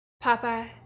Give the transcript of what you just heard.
Papa